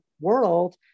world